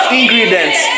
ingredients